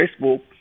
Facebook